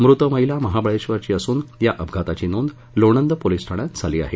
मृत महिला महाबळेश्वरची असून या अपघाताची नोंद लोणंद पोलीस ठाण्यात झाली आहे